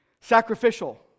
sacrificial